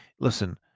Listen